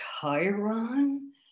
Chiron